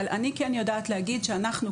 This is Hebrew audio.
אבל אני כן יודעת להגיד שאנחנו,